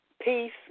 peace